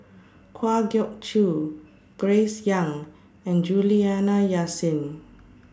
Kwa Geok Choo Grace Young and Juliana Yasin